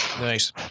Nice